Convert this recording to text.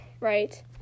right